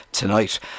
tonight